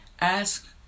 ask